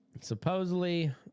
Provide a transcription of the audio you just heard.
supposedly